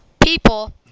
people